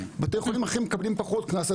בתי חולים אחרים מקבלים פחות קנס.